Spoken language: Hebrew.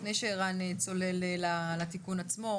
לפני שערן צולל לתיקון עצמו,